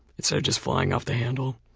instead of just flying off the handle.